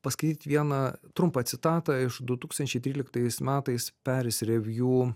paskaityt vieną trumpą citatą iš du tūkstančiai tryliktais metais metais peris revjų